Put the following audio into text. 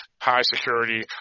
high-security